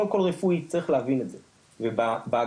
קודם כל רפואית צריך להבין את זה ובהגדרה